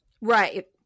Right